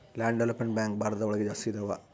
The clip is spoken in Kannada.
ಲ್ಯಾಂಡ್ ಡೆವಲಪ್ಮೆಂಟ್ ಬ್ಯಾಂಕ್ ಭಾರತ ಒಳಗ ಜಾಸ್ತಿ ಇದಾವ